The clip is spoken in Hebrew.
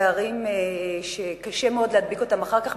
פערים שקשה מאוד להדביק אותם אחר כך,